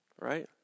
right